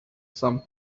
some